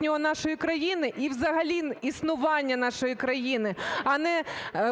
нашої країни і взагалі існування нашої країни, а не